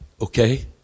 okay